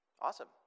Awesome